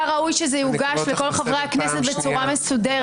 אני חושבת שהיה ראוי שיוגש לכל חברי הכנסת בצורה מסודרת.